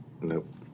Nope